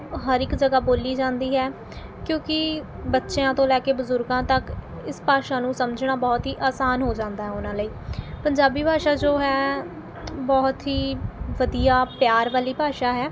ਹਰ ਇੱਕ ਜਗ੍ਹਾ ਬੋਲੀ ਜਾਂਦੀ ਹੈ ਕਿਉਂਕਿ ਬੱਚਿਆਂ ਤੋਂ ਲੈ ਕੇ ਬਜ਼ੁਰਗਾਂ ਤੱਕ ਇਸ ਭਾਸ਼ਾ ਨੂੰ ਸਮਝਣਾ ਬਹੁਤ ਹੀ ਆਸਾਨ ਹੋ ਜਾਂਦਾ ਉਹਨਾਂ ਲਈ ਪੰਜਾਬੀ ਭਾਸ਼ਾ ਜੋ ਹੈ ਬਹੁਤ ਹੀ ਵਧੀਆ ਪਿਆਰ ਵਾਲੀ ਭਾਸ਼ਾ ਹੈ